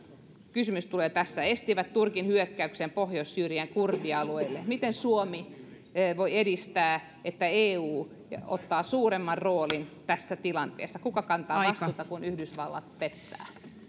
kysymys tulee tässä estivät turkin hyökkäyksen pohjois syyrian kurdialueelle miten suomi voi edistää sitä että eu ottaa suuremman roolin tässä tilanteessa kuka kantaa vastuuta kun yhdysvallat pettää